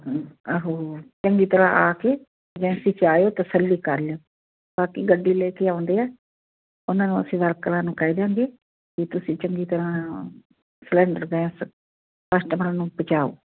ਅ ਉਹ ਚੰਗੀ ਤਰ੍ਹਾਂ ਆ ਕੇ ਵੈਸੇ ਚਾਹੇ ਤਸੱਲੀ ਕਰ ਲਿਉ ਬਾਕੀ ਗੱਡੀ ਲੈ ਕੇ ਆਉਂਦੇ ਆ ਉਹਨਾਂ ਨੂੰ ਅਸੀਂ ਵਰਕਰਾਂ ਨੂੰ ਕਹਿ ਦਿਆਂਗੇ ਵੀ ਤੁਸੀਂ ਚੰਗੀ ਤਰ੍ਹਾਂ ਸਿਲੰਡਰ ਗੈਸ ਕਸਟਮਰ ਨੂੰ ਪਹੁੰਚਾਓ